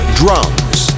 drums